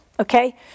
Okay